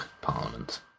Parliament